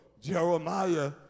Jeremiah